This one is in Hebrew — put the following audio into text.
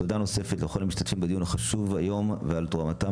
תודה נוספת לכל המשתתפים בדיון החשוב היום ועל תרומתם